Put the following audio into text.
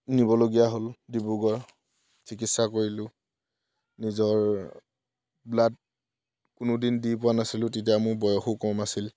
নিবলগীয়া হ'ল ডিব্ৰুগড় চিকিৎসা কৰিলোঁ নিজৰ ব্লাড কোনোদিন দি পোৱা নাছিলোঁ তেতিয়া মোৰ বয়সো কম আছিলে